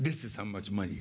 this is how much money